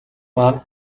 маань